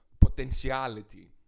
potentiality